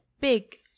big